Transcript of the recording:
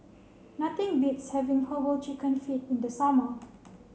nothing beats having Herbal Chicken Feet in the summer